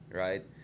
right